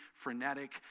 frenetic